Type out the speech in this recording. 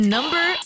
Number